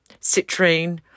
citrine